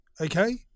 okay